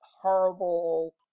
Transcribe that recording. horrible